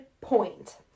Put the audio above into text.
Point